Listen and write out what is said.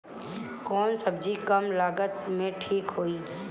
कौन सबजी कम लागत मे ठिक होई?